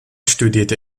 studierte